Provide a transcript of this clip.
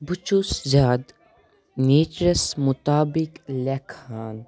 بہٕ چھُس زیادٕ نیچرَس مُطابق لیکھان